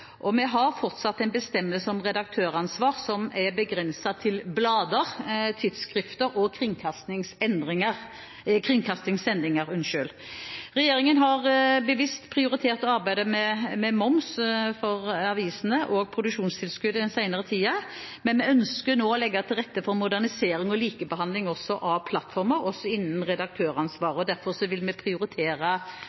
medieområdet. Vi har fortsatt en bestemmelse om redaktøransvar som er begrenset til blader, tidsskrifter og kringkastingssendinger. Regjeringen har bevisst prioritert arbeidet med moms for avisene og produksjonstilskudd den senere tiden, men vi ønsker nå å legge til rette for modernisering og likebehandling også av plattformer, også innen redaktøransvaret. Derfor vil vi prioritere